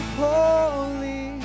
holy